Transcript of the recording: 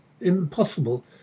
impossible